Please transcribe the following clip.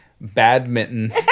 badminton